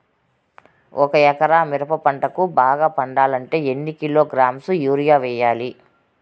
ఒక ఎకరా మిరప పంటకు బాగా పండాలంటే ఎన్ని కిలోగ్రామ్స్ యూరియ వెయ్యాలి?